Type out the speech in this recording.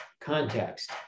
context